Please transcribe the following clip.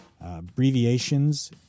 Abbreviations